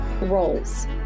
roles